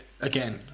again